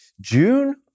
June